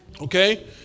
Okay